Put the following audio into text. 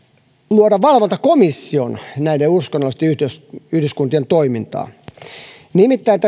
luoda valvontakomission uskonnollisten yhdyskuntien toimintaan nimittäin